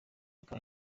akaba